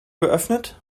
geöffnet